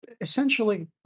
essentially